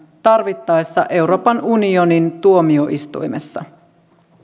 tarvittaessa euroopan unionin tuomioistuimessa